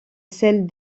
celle